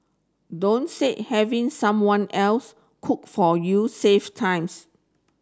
don't say having someone else cook for you saves times